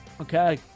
Okay